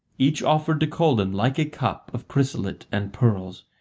each offered to colan, like a cup of chrysolite and pearls.